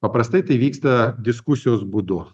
paprastai tai vyksta diskusijos būdu